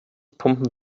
pumpen